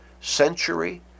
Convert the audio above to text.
century